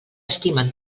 estimen